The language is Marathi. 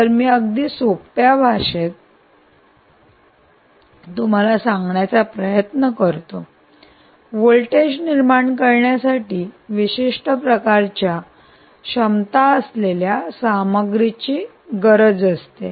तर मी अगदी सोप्या शब्दांत तुम्हाला सांगण्याचा प्रयत्न करतो व्होल्टेज निर्माण करण्यासाठी विशिष्ट प्रकारच्या क्षमता असलेल्या सामग्रीची गरज असते